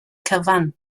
cyfan